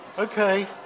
Okay